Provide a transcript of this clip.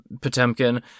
Potemkin